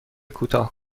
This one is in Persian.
کوتاه